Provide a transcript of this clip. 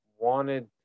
wanted